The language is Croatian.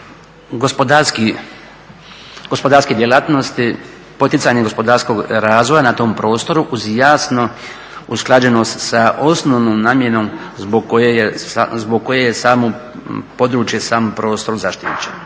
gospodarske djelatnosti, poticanje gospodarskog razvoja uz jasnu usklađenost sa osnovnom namjenom zbog koje je samo područje, samo prostor zaštićen.